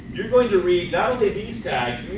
you're going to read not only these tags